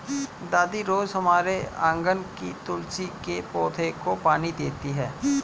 दादी रोज हमारे आँगन के तुलसी के पौधे को पानी देती हैं